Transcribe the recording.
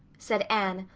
said anne,